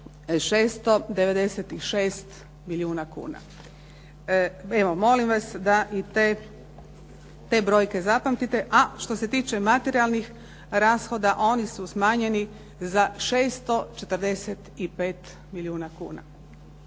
696 milijuna kuna. Evo, molim vas da i te brojke zapamtite. A što se tiče materijalnih rashoda oni su smanjeni za 645 milijuna kuna.